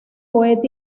poeta